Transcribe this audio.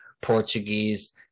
Portuguese